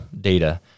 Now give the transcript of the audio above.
data